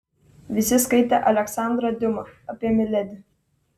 visi skaitė aleksandrą diuma apie miledi